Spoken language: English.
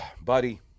buddy